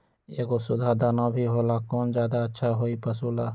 एगो सुधा दाना भी होला कौन ज्यादा अच्छा होई पशु ला?